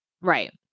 right